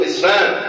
Islam